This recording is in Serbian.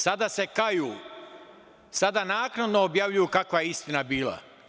Sada se kaju, sada naknadno objavljuju kakva je istina bila.